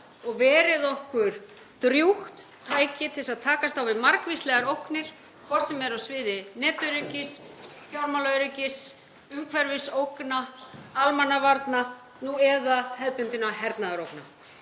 og verið okkur drjúgt tæki til þess að takast á við margvíslegar ógnir, hvort sem er á sviði netöryggis, fjármálaöryggis, umhverfisógna, almannavarna, nú eða hefðbundinna hernaðarógna.